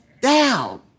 down